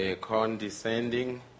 condescending